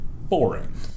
boring